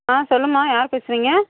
ஆ சொல்லும்மா யார் பேசுகிறீங்க